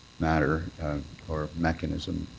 manner or mechanism.